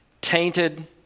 tainted